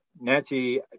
Nancy